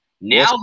Now